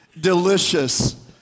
delicious